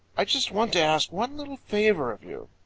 i just want to ask one little favor of you.